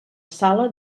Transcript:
sala